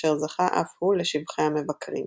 אשר זכה אף הוא לשבחי המבקרים.